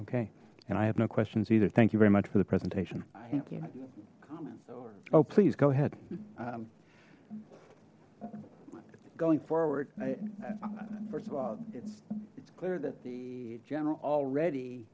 okay and i have no questions either thank you very much for the presentation oh please go ahead going forward i first of all it's it's clear that the general already